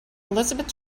elizabeth